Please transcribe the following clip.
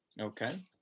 Okay